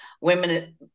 Women